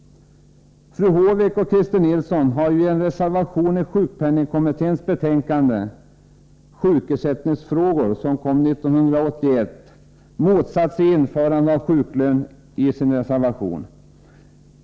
Fru Håvik och Christer Nilsson har ju i en reservation i sjukpenningkommitténs betänkande Sjukersättningsfrågor, som kom 1981, motsatt sig införande av sjuklön.